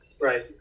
right